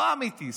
לא אמיתי,